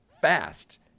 fast